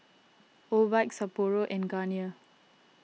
Obike Sapporo and Garnier